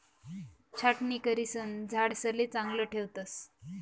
छाटणी करिसन झाडेसले चांगलं ठेवतस